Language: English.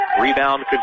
Rebound